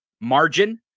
margin